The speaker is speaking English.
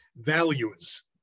values